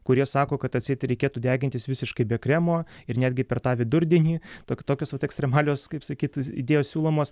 kurie sako kad atseit reikėtų degintis visiškai be kremo ir netgi per tą vidurdienį tai tokios ekstremalios kaip sakyt idėjos siūlomos